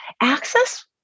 access